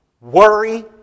Worry